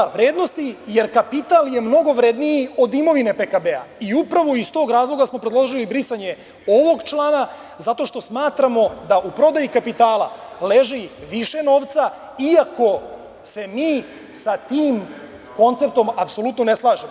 Da, da. … vrednosti, jer kapital je mnogo vredniji od imovine PKV i upravo iz tog razloga smo predložili brisanje ovog člana zato što smatramo da u prodaji kapitala leži više novca i ako se mi sa tim konceptom, apsolutno ne slažemo.